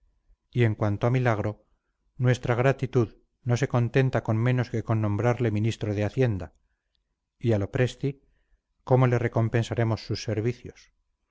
y en cuanto a milagro nuestra gratitud no se contenta con menos que con nombrarle ministro de hacienda y a lopresti cómo le recompensaremos sus servicios